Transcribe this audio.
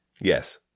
Yes